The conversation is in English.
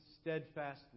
steadfast